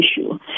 issue